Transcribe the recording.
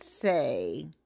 say